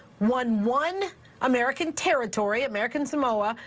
won one american territory, american samoa,